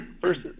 First